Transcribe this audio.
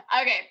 Okay